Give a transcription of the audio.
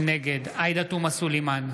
בעד עאידה תומא סלימאן,